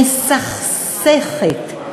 מסכסכת,